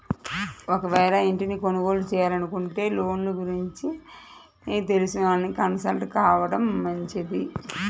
ఒకవేళ ఇంటిని కొనుగోలు చేయాలనుకుంటే లోన్ల గురించి తెలిసినోళ్ళని కన్సల్ట్ కావడం మంచిది